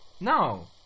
No